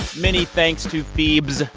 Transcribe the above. many thanks to phoebes,